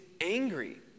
angry